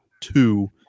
two